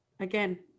Again